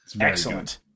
Excellent